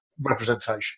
representation